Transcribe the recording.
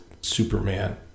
Superman